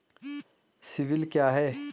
CIBIL क्या है?